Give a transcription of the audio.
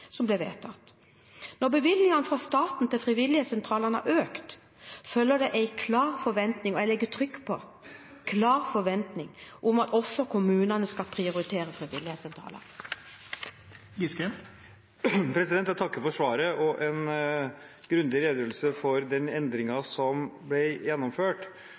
som ble vedtatt. Når bevilgningene fra staten til frivillighetssentralene har økt, følger det en klar forventning – og jeg legger trykk på «klar forventning» – om at også kommunene skal prioritere frivillighetssentraler. Jeg takker for svaret og en grundig redegjørelse for den endringen som ble gjennomført.